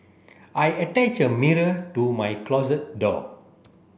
I attach a mirror to my closet door